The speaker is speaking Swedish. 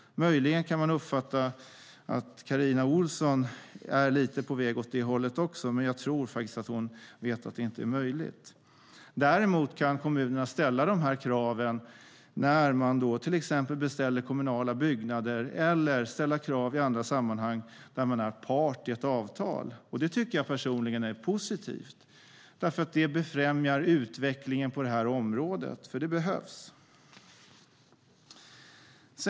Kanske kan man uppfatta att även Carina Ohlsson är lite på väg åt det hållet, men jag tror faktiskt att hon vet att det inte är möjligt. Däremot kan kommunerna ställa dessa krav när de till exempel beställer kommunala byggnader eller i andra sammanhang där man är part i ett avtal. Det tycker jag personligen är positivt, för det befrämjar utvecklingen på detta område, vilket behövs.